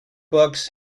books